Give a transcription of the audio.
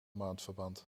maandverband